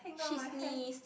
she's missed